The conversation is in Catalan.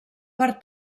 per